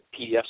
PDF